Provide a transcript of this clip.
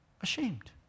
ashamed